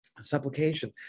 Supplication